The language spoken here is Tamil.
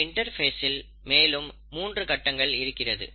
இந்த இன்டர்பேஸ் இல் மேலும் மூன்று கட்டங்கள் இருக்கிறது